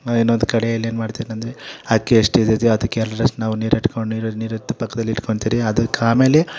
ಇನ್ನೊಂದು ಕಡೇಲಿ ಏನು ಮಾಡ್ತೀವೆಂದ್ರೆ ಅಕ್ಕಿ ಎಷ್ಟಿದೆಯೋ ಅದಕ್ಕೆ ಎರಡರಷ್ಟು ನಾವು ನೀರು ಇಟ್ಕೊಂಡು ನೀರಿಟ್ಟು ಪಕ್ಕದಲ್ಲಿ ಇಟ್ಕೊಳ್ತೀರಿ ಅದಕ್ಕೆ ಆಮೇಲೆ